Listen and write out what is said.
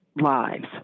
lives